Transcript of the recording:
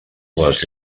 les